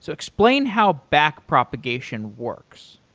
so explain how back propagation works.